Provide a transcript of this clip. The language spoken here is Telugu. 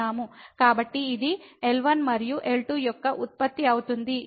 కాబట్టి ఇది L1 మరియు L2 యొక్క ఉత్పత్తి అవుతుంది